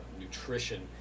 nutrition